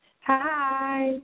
Hi